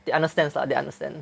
they understands lah they understand